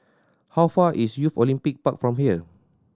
how far away is Youth Olympic Park from here